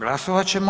Glasovat ćemo.